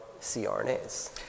CRNAs